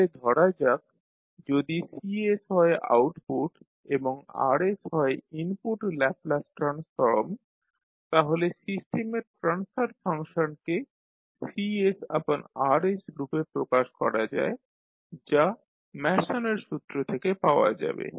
তাহলে ধরা যাক যদি C হয় আউটপুট এবং R হয় ইনপুট ল্যাপলাস ট্রান্সফর্ম তাহলে সিস্টেমের ট্রান্সফার ফাংশনকে CR রূপে প্রকাশ করা যায় যা ম্যাসনের সূত্র থেকে পাওয়া যাবে